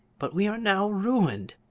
but we are now ruined,